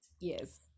yes